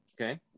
okay